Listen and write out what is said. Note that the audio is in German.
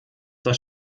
das